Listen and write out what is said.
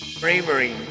Bravery